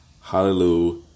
Hallelujah